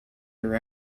her